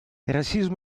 расизм